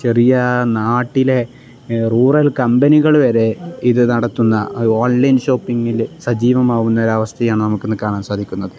ചെറിയ നാട്ടിലെ റൂറൽ കമ്പനികൾ വരെ ഇത് നടത്തുന്ന ഓൺലൈൻ ഷോപ്പിങ്ങിൽ സജീവമാവുന്ന ഒരു അവസ്ഥയാണ് നമുക്ക് ഇന്ന് കാണാൻ സാധിക്കുന്നത്